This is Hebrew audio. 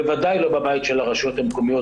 בוודאי לא בבית של הרשויות המקומיות,